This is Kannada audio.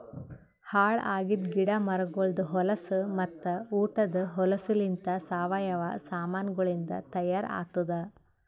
ಹಾಳ್ ಆಗಿದ್ ಗಿಡ ಮರಗೊಳ್ದು ಹೊಲಸು ಮತ್ತ ಉಟದ್ ಹೊಲಸುಲಿಂತ್ ಸಾವಯವ ಸಾಮಾನಗೊಳಿಂದ್ ತೈಯಾರ್ ಆತ್ತುದ್